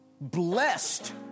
blessed